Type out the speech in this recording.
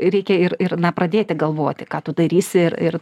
reikia ir ir na pradėti galvoti ką tu darysi ir ir